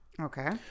okay